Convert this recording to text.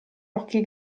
occhi